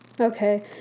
Okay